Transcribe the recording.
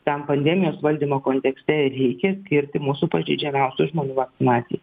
tam pandemijos valdymo kontekste reikia skirti mūsų pažeidžiamiausių žmonių vakcinacijai